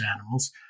animals